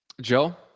Joe